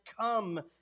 come